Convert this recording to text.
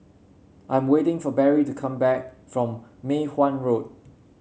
I'm waiting for Barry to come back from Mei Hwan Road